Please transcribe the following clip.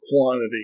quantity